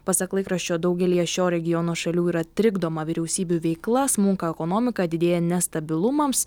pasak laikraščio daugelyje šio regiono šalių yra trikdoma vyriausybių veikla smunka ekonomika didėja nestabilumams